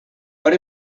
but